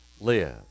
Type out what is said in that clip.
live